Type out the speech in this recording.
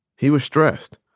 he was stressed.